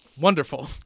Wonderful